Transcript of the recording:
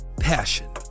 Passion